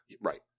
right